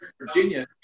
Virginia